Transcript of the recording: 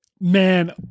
Man